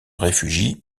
réfugient